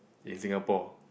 in Singapore